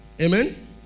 Amen